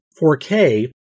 4K